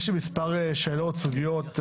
יש לי מספר שאלות וסוגיות,